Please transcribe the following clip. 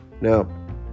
Now